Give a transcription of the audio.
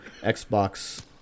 Xbox